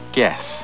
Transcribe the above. Guess